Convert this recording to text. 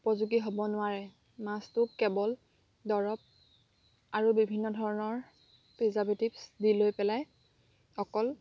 উপযোগী হ'ব নোৱাৰে মাছটো কেৱল দৰব আৰু বিভিন্ন ধৰণৰ প্ৰিজাৰ্ভেটিভ দিলৈ পেলাই অকল